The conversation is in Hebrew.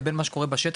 לבין מה שקורה בשטח,